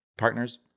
partners